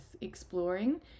exploring